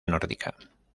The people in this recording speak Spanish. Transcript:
nórdica